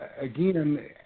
again